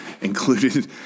included